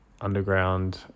underground